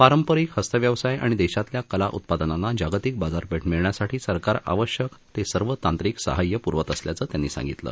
पारंपरिक हस्तव्यवसाय आणि देशातल्या कला उत्पादनांना जागतिक बाजारपेठ मिळण्यासाठी सरकार आवश्यक ते सर्व तांत्रिक सहाय्य प्रवत असल्याचं त्यांनी सांगितलं